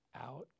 Out